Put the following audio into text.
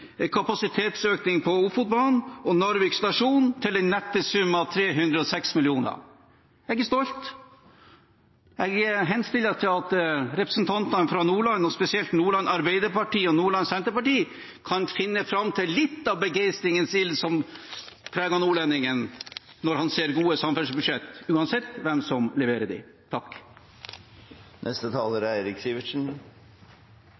kapasitetsøkning på Ofotbanen og Narvik stasjon til den nette sum av 306 mill. kr. Jeg er stolt. Jeg henstiller til representantene fra Nordland, og spesielt Nordland Arbeiderparti og Nordland Senterparti, å finne fram til litt av begeistringens ild som preger nordlendingen når han ser gode samferdselsbudsjett, uansett hvem som leverer